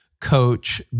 coach